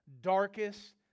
darkest